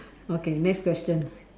okay next question